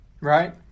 Right